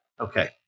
Okay